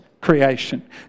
creation